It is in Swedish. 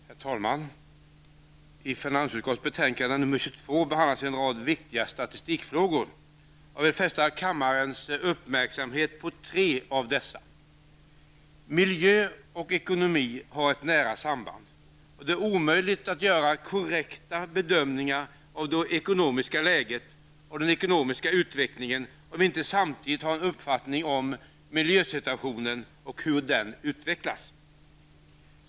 Herr talman! I finansutskottets betänkande nr 22 behandlas en rad viktiga statistikfrågor. Jag vill fästa kammarens uppmärksamhet på tre av dessa. Miljö och ekonomi har ett nära samband, och det är omöjligt att göra korrekta bedömningar av det ekonomiska läget och den ekonomiska utvecklingen om vi inte samtidigt har en uppfattning om miljösituationen och hur den utvecklas.